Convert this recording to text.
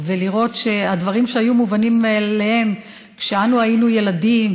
ולראות שהדברים שהיו מובנים מאליהם כשאנו היינו ילדים,